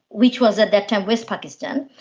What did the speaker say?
which was at that time west pakistan,